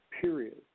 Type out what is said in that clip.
period